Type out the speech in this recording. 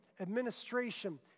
administration